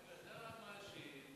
אתה רק מאשים,